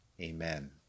Amen